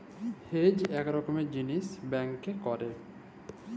hedge ইক রকমের জিলিস ব্যাংকে ক্যরে